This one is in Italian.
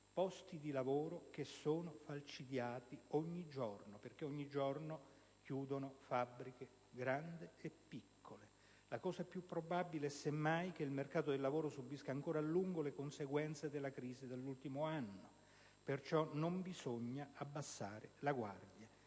Posti di lavoro che sono falcidiati ogni giorno, perché ogni giorno chiudono fabbriche grandi e piccole. La cosa più probabile, semmai, è che il mercato del lavoro subisca ancora a lungo le conseguenze della crisi dell'ultimo anno. Per questo motivo non bisogna abbassare la guardia.